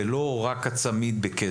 זה לא רק הצמיד בכסף.